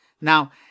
Now